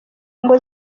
ngo